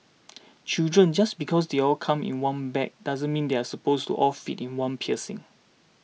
children just because they all come in one bag doesn't mean they are supposed to all fit in one piercing